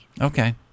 Okay